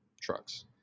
trucks